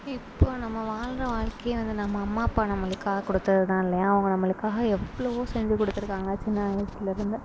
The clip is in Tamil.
இப்போ நம்ம வாழ்கிற வாழ்க்கையை வந்து நம்ம அம்மா அப்பா நம்மளுக்காக கொடுத்தது தான் இல்லையா அவங்க நம்மளுக்காக எவ்வளவோ செஞ்சு கொடுத்துருக்காங்க சின்ன வயதுல இருந்து